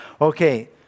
Okay